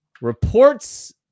reports